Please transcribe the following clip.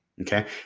okay